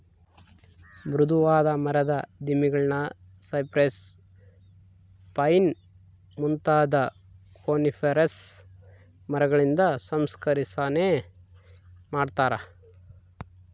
ಮೃದುವಾದ ಮರದ ದಿಮ್ಮಿಗುಳ್ನ ಸೈಪ್ರೆಸ್, ಪೈನ್ ಮುಂತಾದ ಕೋನಿಫೆರಸ್ ಮರಗಳಿಂದ ಸಂಸ್ಕರಿಸನೆ ಮಾಡತಾರ